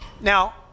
Now